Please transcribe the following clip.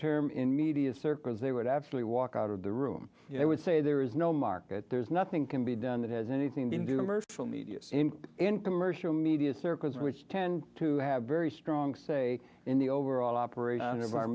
term in media circles they would actually walk out of the room i would say there is no market there's nothing can be done that has anything to do in virtual media in commercial media circles which tend to have very strong say in the overall operation of our